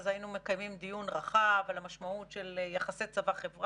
אז היינו מקיימים דיון רחב על המשמעות של יחסי צבא-חברה,